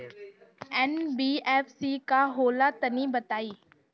NBFC का होला तनि बताई?